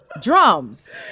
Drums